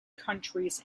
countries